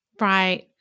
Right